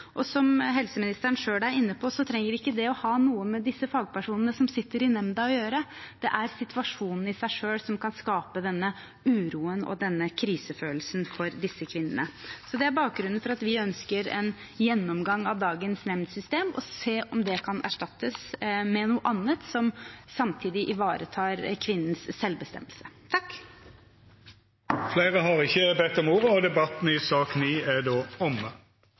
Som helseministeren selv er inne på, trenger ikke det å ha noe med fagpersonene som sitter i nemnda å gjøre. For disse kvinnene er det situasjonen i seg selv som kan skape denne uroen og denne krisefølelsen. Det er bakgrunnen for at vi ønsker en gjennomgang av dagens nemndsystem, og se om det kan erstattes med noe annet som samtidig ivaretar kvinnens selvbestemmelse. Fleire har ikkje bedt om ordet til sak nr. 9. Etter ønske frå helse- og omsorgskomiteen vil presidenten ordna debatten